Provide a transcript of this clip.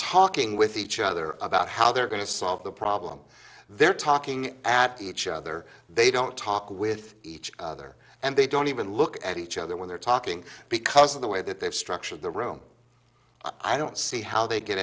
talking with each other about how they're going to solve the problem they're talking at each other they don't talk with each other and they don't even look at each other when they're talking because of the way that they've structured the room i don't see how they get